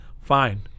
fine